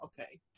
okay